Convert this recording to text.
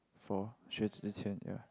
for Xue-Zhi-Qian ya